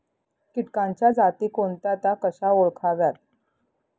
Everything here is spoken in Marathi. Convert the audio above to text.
किटकांच्या जाती कोणत्या? त्या कशा ओळखाव्यात?